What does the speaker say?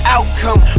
Outcome